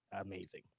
amazing